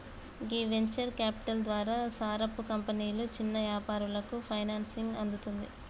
గీ venture capital ద్వారా సారపు కంపెనీలు చిన్న యాపారాలకు ఫైనాన్సింగ్ అందుతుంది